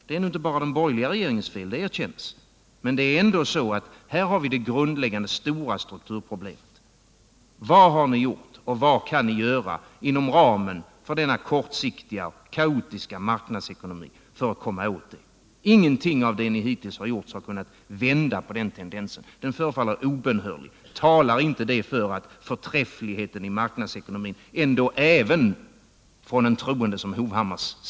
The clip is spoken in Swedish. Det är nu inte bara den borgerliga regeringens fel, det erkänns. Men här har vi det grundläggande, stora strukturproblemet. Vad har ni gjort och vad kan ni göra inom ramen för denna kortsiktiga, kaotiska marknadsekonomi för alt komma åt problemet? Ingenting av det ni hittills har gjort har kunnat vända på tendensen. Den förefaller obönhörlig. Talar inte det för att förträffligheten i marknadsekonomin ändå. även från en troende som herr Hovhammar.